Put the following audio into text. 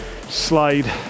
slide